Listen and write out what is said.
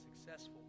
successful